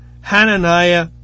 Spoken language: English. Hananiah